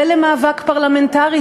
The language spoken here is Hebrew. ולמאבק פרלמנטרי,